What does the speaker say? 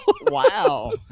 Wow